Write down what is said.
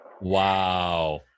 Wow